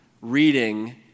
reading